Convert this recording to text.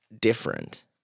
different